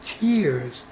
tears